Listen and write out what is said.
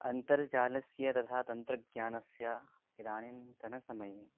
अन्तर्जालस्य तथा तन्त्रज्ञानस्य इदानींतन समये